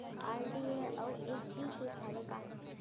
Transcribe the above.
RD अऊ FD के फायेदा का हे?